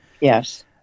Yes